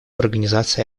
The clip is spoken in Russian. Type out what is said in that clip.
организации